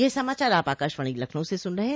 ब्रे क यह समाचार आप आकाशवाणी लखनऊ से सुन रहे हैं